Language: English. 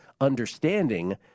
understanding